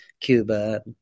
Cuba